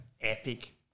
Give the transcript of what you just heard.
epic